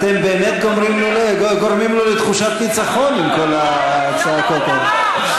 אתם באמת גורמים לו לתחושת ניצחון עם כל הצעקות הללו.